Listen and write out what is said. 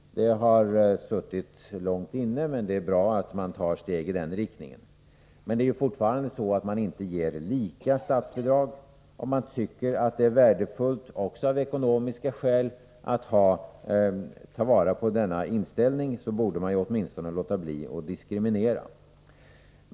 Det har suttit långt inne, men det är bra att man tar steg i den riktningen. Men fortfarande ger man inte lika stort statsbidrag. Om man tycker att det är värdefullt, också av ekonomiska skäl, att ta vara på denna inställning borde man åtminstone låta bli att diskriminera.